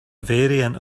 variant